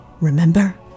remember